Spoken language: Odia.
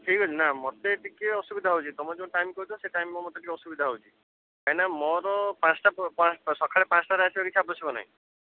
ଠିକ୍ ଅଛି ନା ମୋତେ ଟିକିଏ ଅସୁବିଧା ହେଉଛି ତୁମେ ଯେଉଁ ଟାଇମ୍ କହୁଛ ସେ ଟାଇମ୍ରେ ମୋତେ ଟିକିଏ ଅସୁବିଧା ହେଉଛି କାହିଁ ନା ମୋର ପାଞ୍ଚଟା ସକାଳ ପାଞ୍ଚଟାରେ ଆସିବା କିଛି ଆବଶ୍ୟକ ନାହିଁ